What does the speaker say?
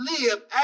live